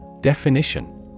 Definition